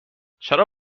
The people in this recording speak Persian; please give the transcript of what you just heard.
چرا